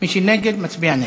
מי שנגד, מצביע נגד.